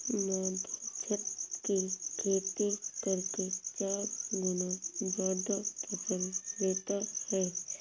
माधव छत की खेती करके चार गुना ज्यादा फसल लेता है